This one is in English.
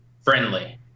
friendly